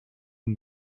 and